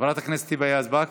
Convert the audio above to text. חברת הכנסת היבה יזבק.